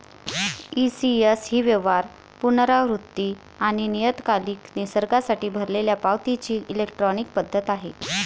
ECS ही व्यवहार, पुनरावृत्ती आणि नियतकालिक निसर्गासाठी भरलेल्या पावतीची इलेक्ट्रॉनिक पद्धत आहे